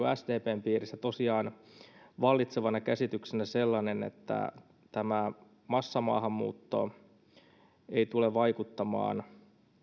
sdpn piirissä tosiaan vallitsevana käsityksenä sellainen että tämä massamaahanmuutto ei tule vaikuttamaan